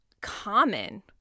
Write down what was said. common